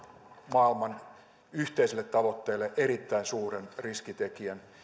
maailman yhteiselle tavoitteelle erittäin suuren riskitekijän